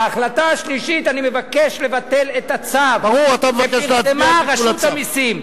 בהחלטה השלישית אני מבקש לבטל את הצו שפרסמה רשות המסים.